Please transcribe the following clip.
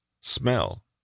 smell